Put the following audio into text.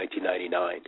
1999